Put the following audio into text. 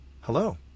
Hello